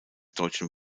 deutschen